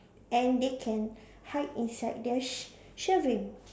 and they can hide inside their sh~ shelving